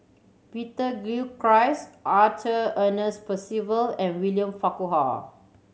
Peter Gilchrist Arthur Ernest Percival and William Farquhar